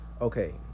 Okay